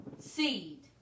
seed